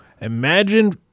Imagine